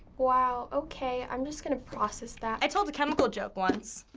wow, okay. i'm just gonna process that. i told a chemical joke once,